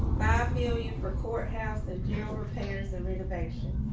million for courthouse and repairs and renovation.